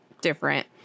different